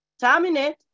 terminate